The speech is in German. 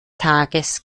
tages